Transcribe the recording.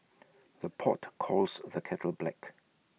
the pot calls the kettle black